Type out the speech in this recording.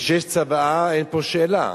כשיש צוואה אין פה שאלה.